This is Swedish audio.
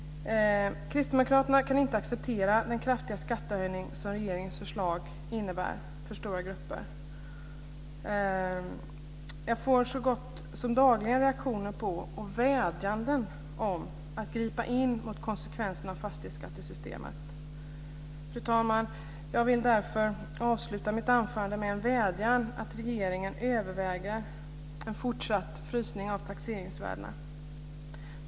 Kristdemokraterna kan inte acceptera den kraftiga skattehöjning som regeringens förslag innebär för stora grupper. Jag får så gott som dagligen reaktioner på detta och vädjanden om att gripa in mot konsekvenserna av fastighetsskattesystemet. Fru talman! Jag vill därför avsluta mitt anförande med en vädjan om att regeringen överväger en fortsatt frysning av taxeringsvärdena.